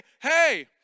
hey